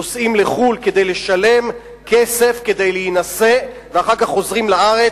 נוסעים לחו"ל כדי לשלם כסף כדי להינשא ואחר כך חוזרים לארץ,